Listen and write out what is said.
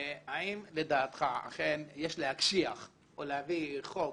האם לדעתך אכן יש להקשיח או להביא חוק